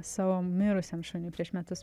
savo mirusiam šuniui prieš metus